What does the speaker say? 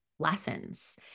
Lessons